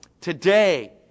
Today